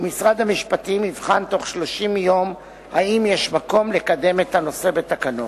ומשרד המשפטים יבחן בתוך 30 יום אם יש מקום לקדם את הנושא בתקנות.